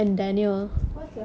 what's their full names